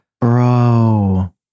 bro